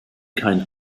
kein